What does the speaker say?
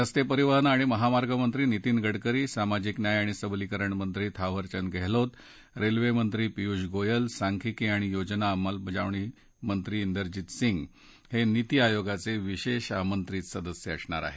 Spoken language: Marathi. रस्ते परिवहन आणि महामार्ग मंत्री नितिन गडकरी सामाजिक न्याय आणि सबलीकरण मंत्री थावरचंद गहलोत रेल्वेमंत्री पियुष गोयल सांख्यिकी आणि योजना अंमलबजावणीमंत्री इरजीत सिंग हे नीती आयोगाचे विशेष आमंत्रित सदस्य असतील